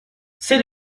c’est